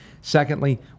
Secondly